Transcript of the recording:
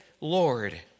Lord